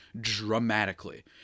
dramatically